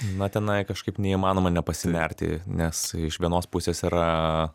na tenai kažkaip neįmanoma nepasinerti nes iš vienos pusės yra